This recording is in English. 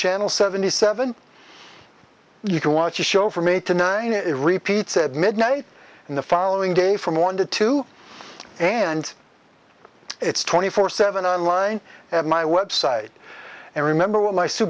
channel seventy seven you can watch the show from eight to nine it repeats at midnight and the following day from one to two and it's twenty four seven on line at my website and remember